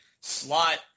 slot